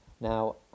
Now